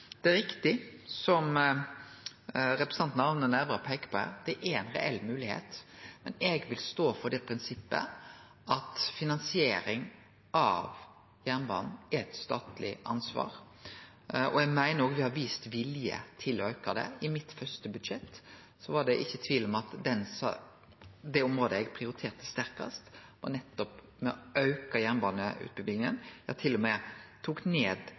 Det er riktig som representanten Arne Nævra peiker på her, det er ei reell moglegheit, men eg vil stå for det prinsippet at finansiering av jernbanen er eit statleg ansvar, og eg meiner òg me har vist vilje til å auke det. I mitt første budsjett var det ikkje tvil om at det området eg prioriterte sterkast, var nettopp å auke jernbaneutbygginga, ja, til og med tok eg ned